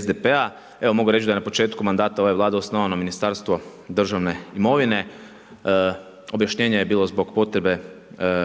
SDP-a. Evo mogu reći da je na početku mandata ove Vlade osnovano Ministarstvo državne imovine, objašnjenje je bilo zbog potrebe